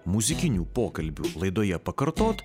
muzikinių pokalbių laidoje pakartot